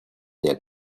der